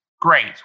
great